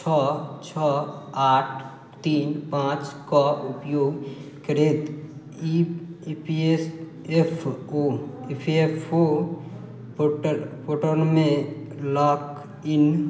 छओ छओ आठ तीन पाँच कऽ ऊपयोग करैत ई पी एफ ओ पोर्टलमे लोग ईन